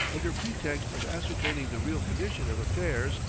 under pretext of ascertaining the real condition of affairs,